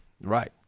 Right